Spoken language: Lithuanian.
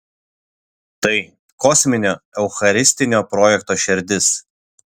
tai kosminio eucharistinio projekto šerdis